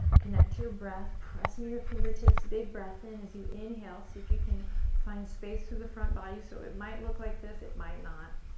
connect to your breath, press into your fingertips, big breath in as you inhale, see if you can find space through the front body. so it might look like this, it might not.